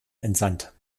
entsandt